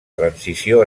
transició